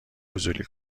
فضولی